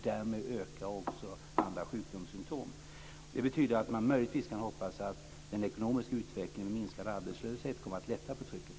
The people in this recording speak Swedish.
Därmed ökar också andra sjukdomssymtom. Möjligtvis kan man hoppas att den ekonomiska utvecklingen och en minskad arbetslöshet kommer att lätta på trycket.